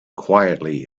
quietly